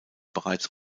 bereits